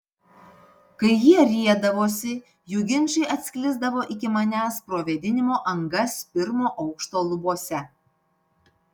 kai jie riedavosi jų ginčai atsklisdavo iki manęs pro vėdinimo angas pirmo aukšto lubose